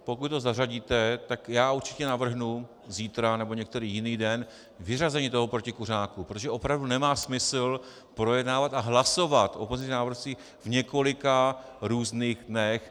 Pokud ho zařadíte, tak já určitě navrhnu zítra nebo některý jiný den vyřazení protikuřáku, protože opravdu nemá smysl projednávat a hlasovat o pozměňovacích návrzích v několika různých dnech.